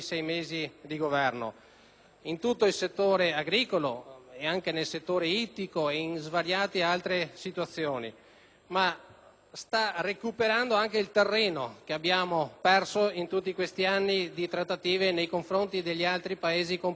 in tutto il settore agricolo, ma anche nel settore ittico e in svariati altri settori. Egli, però, sta anche recuperando il terreno che abbiamo perso in tutti questi anni di trattative nei confronti degli altri Paesi componenti la Comunità europea.